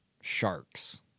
Sharks